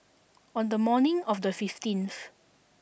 on the morning of the fifteenth